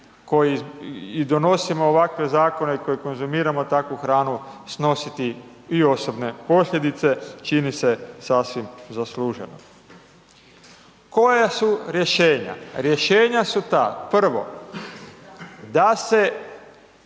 i donosimo ovakve zakone i koji konzumiramo takvu hranu snositi i osobne posljedice, čini se sasvim zasluženo. Koja su rješenja? Rješenja su ta, prvo da se